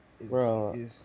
bro